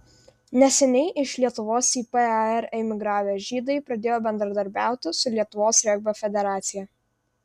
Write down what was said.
neseniai iš lietuvos į par emigravę žydai pradėjo bendradarbiauti su lietuvos regbio federacija